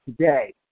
today